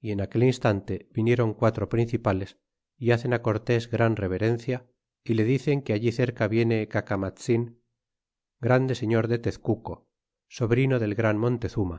y en aquel instante viniéron quatro principales y hacen á cortés gran reverencia y le dicen que allí cerca viene cacamatzin grande señor de tezcuco sobrino del gran montezuma